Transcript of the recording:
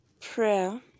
Prayer